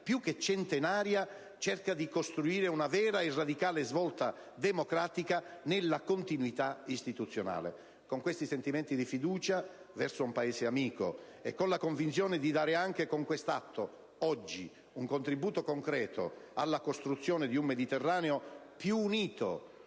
più che centenaria, cerca di costruire una vera e radicale svolta democratica nella continuità istituzionale. Con questi sentimenti di fiducia verso un Paese amico e con la convinzione di dare oggi, anche con questo atto, un contributo concreto alla costruzione di un Mediterraneo più unito,